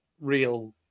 real